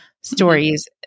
stories